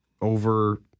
over